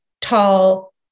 tall